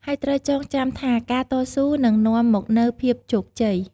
ហើយត្រូវចងចាំថា ការតស៊ូនឹងនាំមកនូវភាពជោគជ័យ។